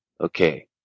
Okay